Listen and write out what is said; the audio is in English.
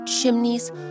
chimneys